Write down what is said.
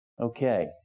Okay